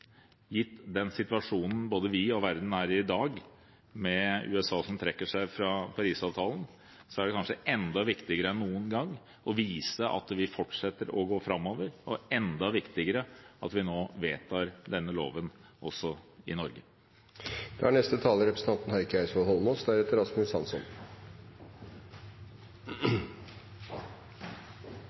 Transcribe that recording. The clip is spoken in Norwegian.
Gitt den situasjonen både vi og verden er i i dag, med USA som trekker seg fra Paris-avtalen, er det kanskje enda viktigere enn noen gang å vise at vi fortsetter å gå framover, og enda viktigere at vi nå vedtar en slik lov også i Norge. Det kan ikke være tvil om at akkurat nå er